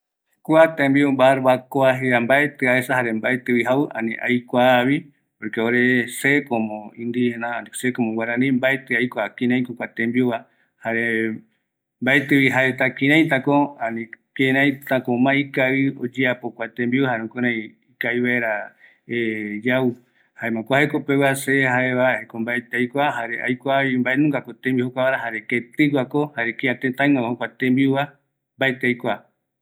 ﻿Kua tembiu barbakoa jeiva mbaetï aesa jare mbaetivi jau, aikuavi porque ore se komo indigena jare se komo guarani mbaeti aikua kiraiko kua tembiuva jare mbaetivi jaeta kiraitako ani kiraitako ma ikavi oyeapo kua tembiu jare jukurai ikavivaera yau jaema kua jekopegua se jaeva jaeko mbaeti aikua jare aikuaivi mbaenungako tembiu jukura jare ketiguako jare kia tëtaiguara jokua tembiuva mbaeti aikua